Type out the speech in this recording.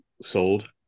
sold